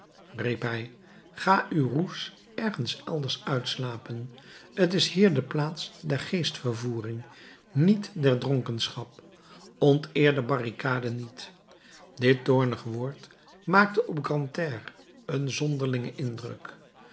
hij ga uw roes ergens elders uitslapen t is hier de plaats der geestvervoering niet der dronkenschap onteer de barricade niet dit toornig woord maakte op grantaire een zonderlingen indruk